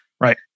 Right